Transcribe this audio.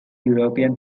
european